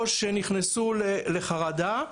או שנכנסו לחרדה,